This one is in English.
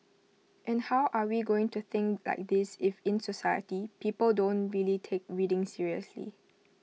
and how are we going to think like this if in society people don't really take reading seriously